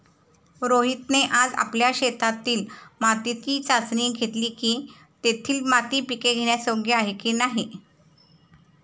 रोहितने आज आपल्या शेतातील मातीची चाचणी घेतली की, तेथील माती पिके घेण्यास योग्य आहे की नाही